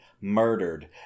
murdered